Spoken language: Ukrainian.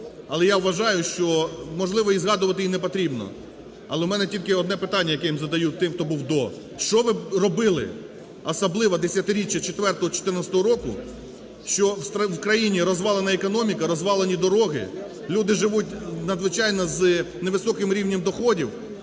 але я вважаю, що можливо згадувати і не потрібно. Але в мене тільки одне питання, яке я їм задаю тим, хто був до: що ви робили, особливо десятиріччя 2004, 2014 року, що в країні розвалена економіка, розвалені дороги, люди живуть надзвичайно з невисоким рівнем доходів.